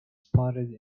spotted